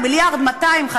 1.2 המיליארד,